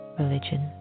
religion